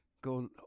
Go